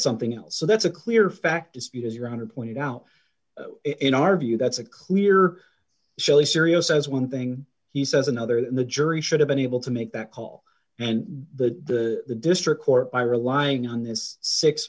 something else so that's a clear fact is because you're one hundred pointed out in our view that's a clear shelley serious says one thing he says another the jury should have been able to make that call and the district court by relying on this six